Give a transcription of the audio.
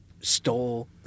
Stole